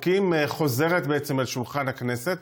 חוק הכרה של מדינת ישראל בעדה הדרוזית,